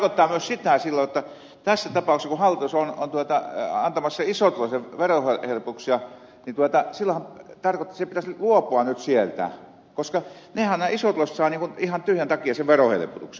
mutta se tarkoittaa myös sitä silloin jotta tässä tapauksessa kun hallitus on antamassa isotuloisille verohelpotuksia niin silloinhan se tarkoittaisi että pitäisi luopua nyt niistä koska ne isotuloiset saavat ihan tyhjän takia sen verohelpotuksen